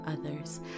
others